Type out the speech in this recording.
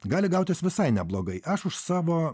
gali gautis visai neblogai aš už savo